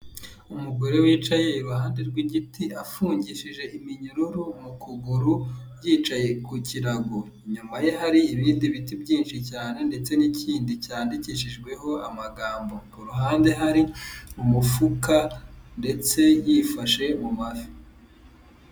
Umugore wicaye iruhande rw'igiti afungishije iminyururu mu kuguru yicaye ku kirago, inyuma ye hari ibindi biti byinshi cyane ndetse n'ikindi cyandikishijweho amagambo, kuruhande hari umufuka ndetse yifashe mu mavi.